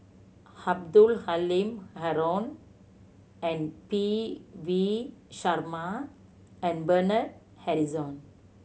Abdul Halim Haron and P V Sharma and Bernard Harrison